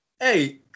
Hey